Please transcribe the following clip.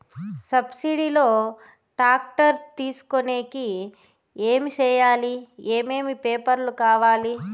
Subsidy లో tractor తీసుకొనేకి ఏమి చేయాలి? ఏమేమి పేపర్లు కావాలి?